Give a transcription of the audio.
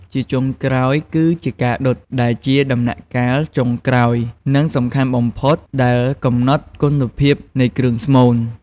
ជាចុងក្រោយគឺជាការដុត ដែលជាដំណាក់កាលចុងក្រោយ និងសំខាន់បំផុតដែលកំណត់គុណភាពនៃគ្រឿងស្មូន។